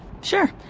Sure